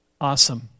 Awesome